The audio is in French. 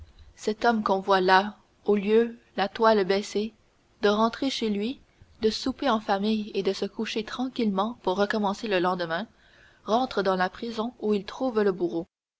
cet homme qu'on voit là au lieu la toile baissée de rentrer chez lui de souper en famille et de se coucher tranquillement pour recommencer le lendemain rentre dans la prison où il trouve le bourreau